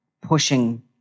pushing